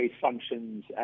functions